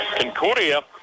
Concordia